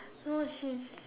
no she's